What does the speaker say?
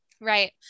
Right